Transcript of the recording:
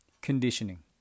conditioning